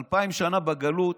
אלפיים שנה בגלות,